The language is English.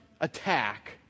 attack